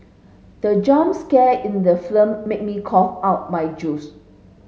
the jump scare in the film made me cough out my juice